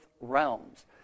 realms